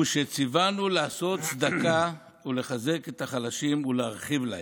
הוא שציוונו לעשות צדקה ולחזק את החלשים ולהרחיב להם.